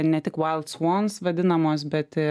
ne tik wild swans vadinamos bet ir